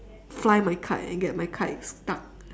fly my kite and get my kite stuck